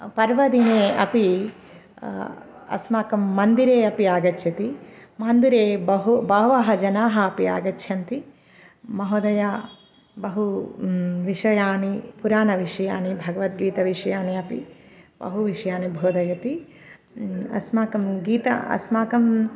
पर्वदिने अपि अस्माकं मन्दिरे अपि आगच्छति मन्दिरे बहु बहवः जनाः अपि आगच्छन्ति महोदयः बहु विषयाः पुराण विषयाः भगवद्गीतविषयाः अपि बहु विषयाः बोधयति अस्माकं गीतम् अस्माकम्